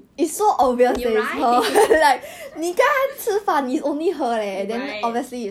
I feel like he's kind of interested in shana